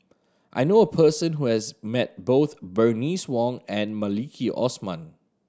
I knew a person who has met both Bernice Wong and Maliki Osman